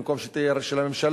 במקום שתהיה רק של הממשלה,